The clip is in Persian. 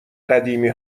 قدیمی